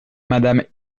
madame